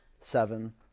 seven